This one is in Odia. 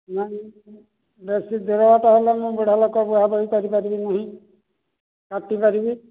ନାହିଁ ବେଶି ଦେହହାତ ହେଲେ ମୁଁ ବୁଢାଲୋକ ବୁହାବୋହି କରି ପାରିବି ନାହିଁ କାଟି ପାରିବି